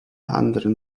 anderen